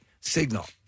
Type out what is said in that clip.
signal